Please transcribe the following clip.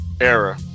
era